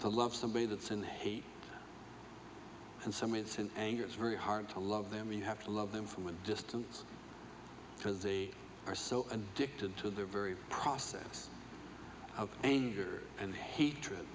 to love somebody that's in hate and some it's in anger it's very hard to love them you have to love them from a distance because they are so addicted to the very process anger and hatred